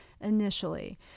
initially